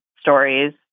stories